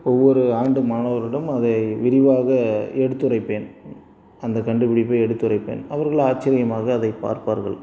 ஒவ்வொரு ஆண்டு மாணவரிடம் அதை விரிவாக எடுத்துரைப்பேன் அந்த கண்டுபிடிப்பை எடுத்துரைப்பேன் அவர்கள் ஆச்சரியமாக அதைப் பார்ப்பார்கள்